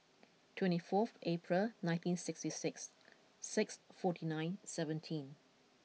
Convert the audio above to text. twenty fourth April nineteen sixty six six forty nine seventeen